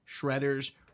shredders